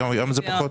היום זה פחות.